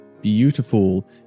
beautiful